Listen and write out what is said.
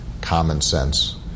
common-sense